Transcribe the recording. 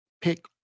pick